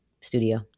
Studio